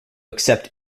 accept